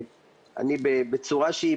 בצורה שהיא